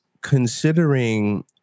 considering